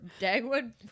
Dagwood